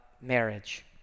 marriage